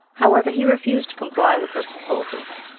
however, he refused to comply with her proposals,